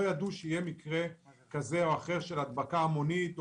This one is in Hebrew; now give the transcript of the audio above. לא ידעו שיהיה מקרה כזה או אחר של הדבקה המונית?